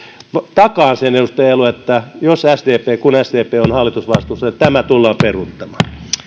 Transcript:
takaan sen edustaja elo että jos sdp kun sdp on hallitusvastuussa tämä tullaan peruuttamaan